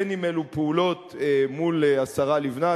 בין שאלו פעולות מול השרה לבנת,